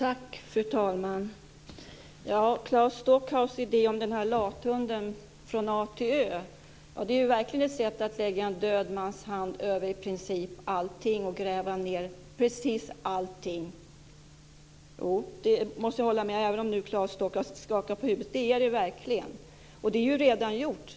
Fru talman! Claes Stockhaus idé om en lathund från A till Ö är verkligen ett sätt att lägga en död mans hand över i princip allting och gräva ned precis allting. Det måste jag säga, även om Claes Stockhaus nu skakar på huvudet. Det är det verkligen. Och det är ju redan gjort.